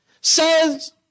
says